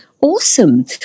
awesome